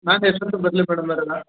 ನಾನು ಎಷ್ಟೊತ್ತಿಗೆ ಬರಲಿ ಮೇಡಮವ್ರೆ